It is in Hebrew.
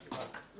13:58.